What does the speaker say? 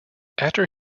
after